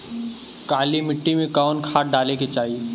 काली मिट्टी में कवन खाद डाले के चाही?